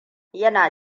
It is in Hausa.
yana